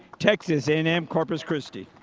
texas a and m corpus christi.